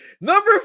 Number